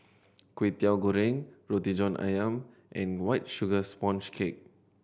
Kwetiau Goreng Roti John Ayam and White Sugar Sponge Cake